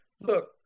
Look